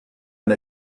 and